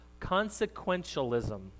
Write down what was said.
Consequentialism